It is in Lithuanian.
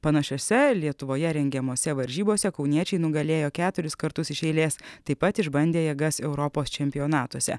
panašiose lietuvoje rengiamose varžybose kauniečiai nugalėjo keturis kartus iš eilės taip pat išbandė jėgas europos čempionatuose